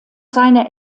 seiner